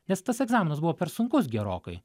nes tas egzaminas buvo per sunkus gerokai